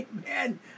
Amen